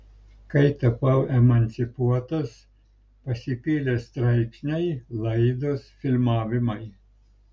kai tapau emancipuotas pasipylė straipsniai laidos filmavimai